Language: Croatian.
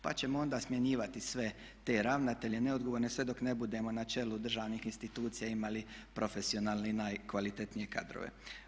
Pa ćemo onda smjenjivati sve te ravnatelje neodgovorne sve dok ne budemo na čelu državnih institucija imali profesionalne i najkvalitetnije kadrove.